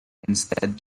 instead